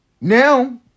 Now